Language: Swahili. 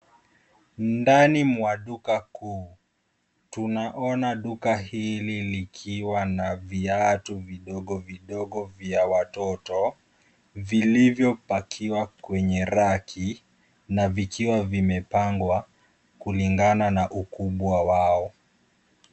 Ndani mwa duka kuu. Tunaona duka hili likiwa na viatu vidogo vidogo vya watoto, vilivyopakiwa kwenye raki, na vikiwa vimepangwa kulingana na ukubwa wao.